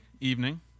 evening